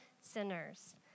sinners